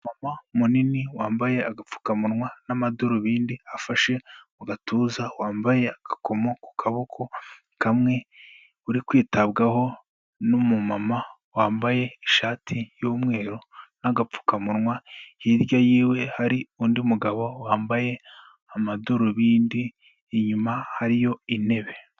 Umumama munini wambaye agapfukamunwa n'amadarubindi, afashe mu gatuza, wambaye agakomo ku kaboko kamwe, uri kwitabwaho n'umumama wambaye ishati y'umweru, n'agapfukamunwa, hirya yiwe hari undi mugabo wambaye amadarubindi, inyuma hariyo intebe.